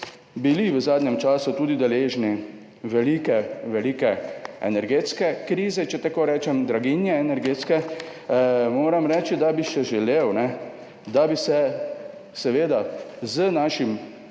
bili v zadnjem času tudi deležni velike, velike energetske krize, če tako rečem, energetske draginje. Moram reči, da bi še želel, da bi se seveda z našim